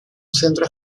centro